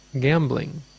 gambling